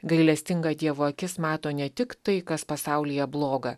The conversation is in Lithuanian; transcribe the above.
gailestinga dievo akis mato ne tik tai kas pasaulyje bloga